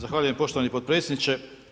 Zahvaljujem poštovani potpredsjedniče.